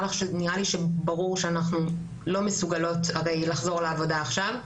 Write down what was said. נראה לי שברור שאנחנו לא מסוגלות לחזור לעבודה עכשיו,